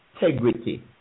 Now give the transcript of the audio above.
integrity